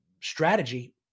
strategy